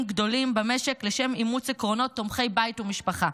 גדולים במשק לשם אימוץ עקרונות תומכי בית ומשפחה.